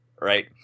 Right